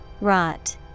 Rot